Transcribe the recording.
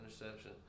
interception